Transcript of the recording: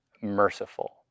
merciful